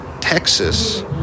Texas